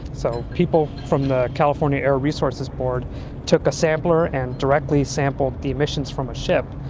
so people from the california air resources board took a sampler and directly sampled the emissions from a ship,